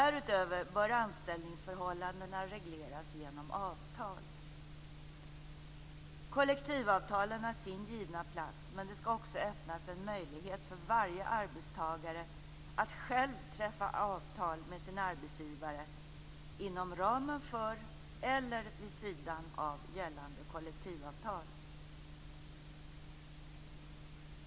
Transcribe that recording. Därutöver bör anställningsförhållandena regleras genom avtal. Kollektivavtalen har sin givna plats, men det skall också öppnas en möjlighet för varje arbetstagare att själv träffa avtal med sin arbetsgivare inom ramen för eller vid sidan av gällande kollektivavtal.